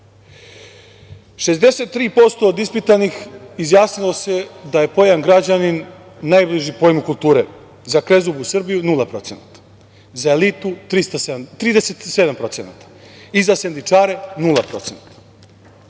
63% ispitanih izjasnilo se da je pojam – građani, najbliži pojmu kulture, za krezubu Srbiju – 0%, za elitu – 37% i za sendvičare